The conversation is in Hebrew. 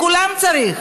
לכולם צריך.